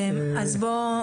אז בוא,